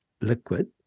liquid